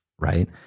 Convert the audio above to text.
right